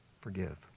forgive